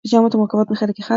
פיג'מות המורכבות מחלק אחד,